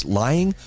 lying